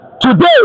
today